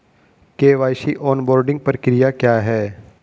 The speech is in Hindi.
के.वाई.सी ऑनबोर्डिंग प्रक्रिया क्या है?